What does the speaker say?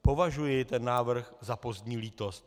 Považuji ten návrh za pozdní lítost.